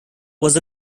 was